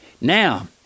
Now